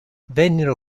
vennero